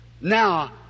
Now